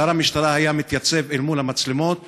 שר המשטרה היה מתייצב אל מול המצלמות ואומר: